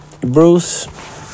Bruce